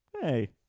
Hey